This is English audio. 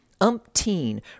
Umpteen